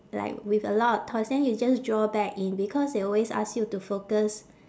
like with a lot of thoughts then you just draw back in because they always ask you to focus